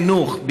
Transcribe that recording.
בחינוך,